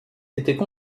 étaient